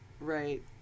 right